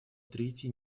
третье